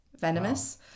venomous